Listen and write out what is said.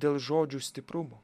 dėl žodžių stiprumo